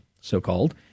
so-called